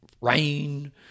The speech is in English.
rain